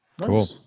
Cool